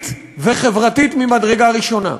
כלכלית וחברתית ממדרגה ראשונה,